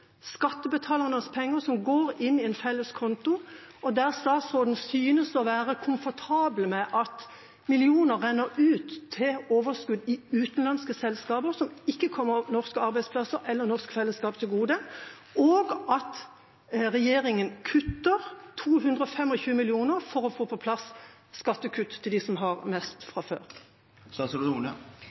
skattebetalernes penger, som går inn i en felles konto – der statsråden synes å være komfortabel med at millioner renner ut til overskudd i utenlandske selskaper, som ikke kommer norske arbeidsplasser eller norsk fellesskap til gode, og at regjeringa kutter 225 mill. kr for å få på plass skattekutt til dem som har mest fra før.